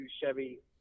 Chevy